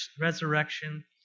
resurrection